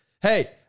Hey